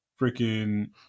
freaking